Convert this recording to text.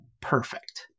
Perfect